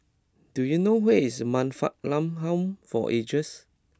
do you know where is Man Fatt Lam Home for Ageds